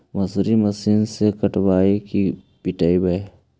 मसुरी मशिन से कटइयै कि पिटबै?